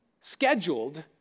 scheduled